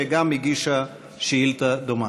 שהגישה שאילתה דומה.